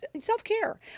self-care